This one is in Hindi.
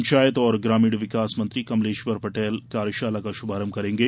पंचायत एवं ग्रामीण विकास मंत्री कमलेश्वर पटेल कार्यशाला का श्भारंभ करेंगे